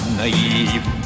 naive